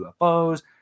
UFOs